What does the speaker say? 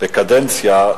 בקדנציה,